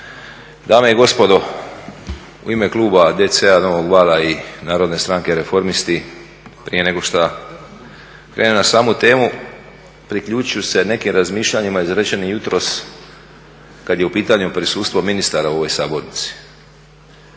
dame i gospodo u ime kluba DC-a novog vala i Narodne stranke reformisti prije nego što krenem na samu temu priključit ću se nekim razmišljanjima izrečenim jutros kad je u pitanje prisustvo ministara u ovoj sabornici.